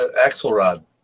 Axelrod